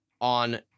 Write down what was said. on